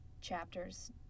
chapters